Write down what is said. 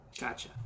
Gotcha